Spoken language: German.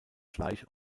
fleisch